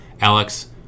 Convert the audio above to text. Alex